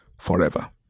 forever